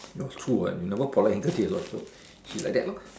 that's true what you never polite in thirty years what so she like that lor